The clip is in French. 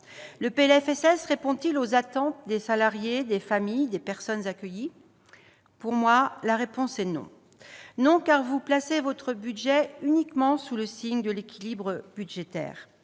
sociale répond-il aux attentes des salariés, des familles, des personnes accueillies ? Pour moi, la réponse est non. Non, car vous placez votre budget uniquement sous le signe de l'équilibre budgétaire.